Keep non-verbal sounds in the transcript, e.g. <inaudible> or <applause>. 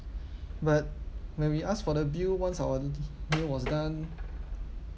<breath> but when we ask for the bill once our meal was done